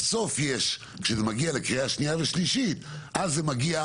אלא בסוף כשזה מגיע לקריאה שנייה ושלישית אז זה מגיע